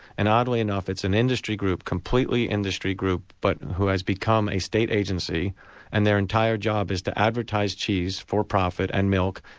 and oddly enough, it's an industry group, completely industry group, but who has become a state agency and their entire job is to advertise cheese for profit, and milk,